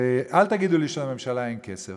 ואל תגידו לי שלממשלה אין כסף,